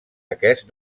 aquest